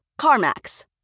CarMax